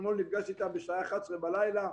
אתמול נפגשתי איתם בשעה 23:00 בלילה.